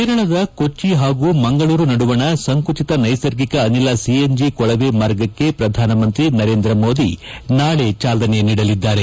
ಕೇರಳದ ಕೊಚ್ಚಿ ಹಾಗೂ ಮಂಗಳೂರು ನಡುವಣ ಸಂಕುಚಿತ ನೈಸರ್ಗಿಕ ಅನಿಲ ಸಿ ಎನ್ ಜಿ ಕೊಳವೆ ಮಾರ್ಗಕ್ಕೆ ಪ್ರಧಾನ ಮಂತ್ರಿ ನರೇಂದ್ರ ಮೋದಿ ನಾಳೆ ಚಾಲನೆ ನೀಡಲಿದ್ದಾರೆ